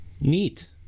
Neat